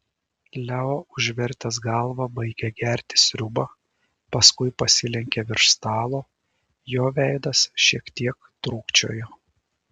leo užvertęs galvą baigė gerti sriubą paskui pasilenkė virš stalo jo veidas šiek tiek trūkčiojo